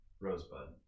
Rosebud